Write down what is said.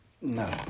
No